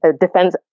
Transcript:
defense